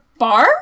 -bar